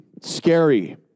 scary